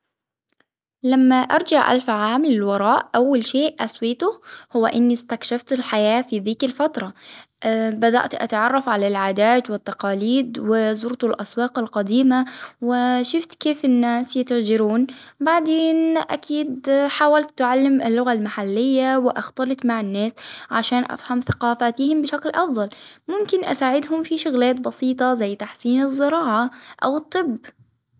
لما أرجع ألف عام للوراء أول شيء أسويته هو إني إستكشفت الحياة في ذيك الفترة، بدأت أتعرف على العادات والتقاليد وزرت الأسواق القديمة وشفت كيف الناس يتاجرون، بعدين أكيد حاولت تعلم اللغة المحلية وأخطلت مع الناس عشان أفهم ثقافتهم بشكل أفضل، ممكن أساعدهم في شغلات بسيطة زي تحسين الزراعة أو الطب.